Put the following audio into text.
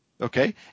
okay